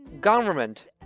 Government